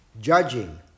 judging